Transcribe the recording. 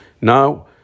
Now